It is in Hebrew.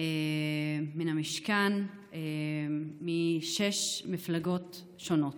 מן המשכן משש מפלגות שונות.